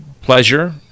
pleasure